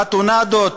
בטונדות